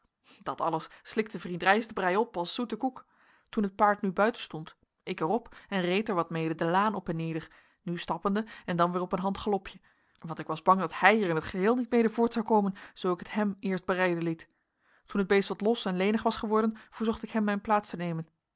dat alles slikte vriend rijstenbrij op als zoeten koek toen het paard nu buiten stond ik er op en reed er wat mede de laan op en neder nu stappende en dan weer op een hand galopje want ik was bang dat hij er in t geheel niet mede voort zou komen zoo ik het hem eerst berijden liet toen het beest wat los en lenig was geworden verzocht ik hem mijn plaats te nemen